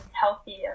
healthy